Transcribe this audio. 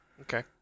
Okay